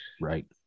Right